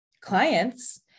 clients